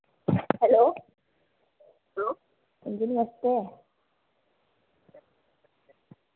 hello अंजी नमस्ते